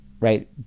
Right